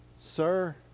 sir